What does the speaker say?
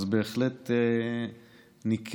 אז בהחלט ניכרת